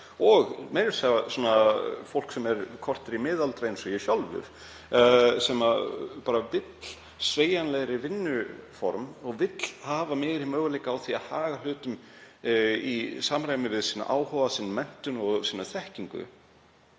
og meira að segja fólk sem er korter í miðaldra eins og ég sjálfur sem vill sveigjanlegra vinnuform og vill hafa meiri möguleika á því að haga hlutum í samræmi við sinn áhuga, sína menntun og sína þekkingu.